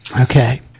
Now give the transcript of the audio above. Okay